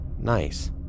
nice